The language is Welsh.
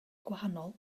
gwahanol